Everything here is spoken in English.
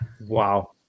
Wow